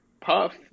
puff